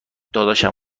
دادشمم